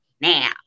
now